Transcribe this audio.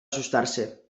asustarse